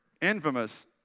infamous